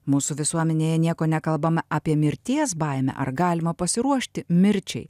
mūsų visuomenėje nieko nekalbama apie mirties baimę ar galima pasiruošti mirčiai